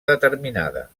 determinada